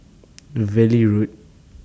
Valley Road